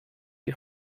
die